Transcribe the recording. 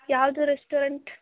ಯಾವುದು ರೆಸ್ಟೋರೆಂಟ್